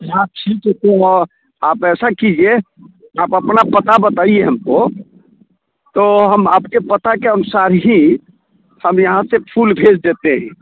हाँ ठीक है तो आप ऐसा कीजिए आप अपना पता बताईए हमको तो हम आपके पता के अनुसार ही हम यहाँ से फूल भेज देते हैं